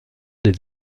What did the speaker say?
les